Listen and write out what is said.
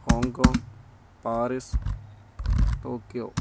Hong Kong Paris Tokyo